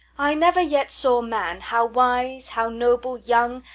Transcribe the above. i never yet saw man, how wise, how noble, young,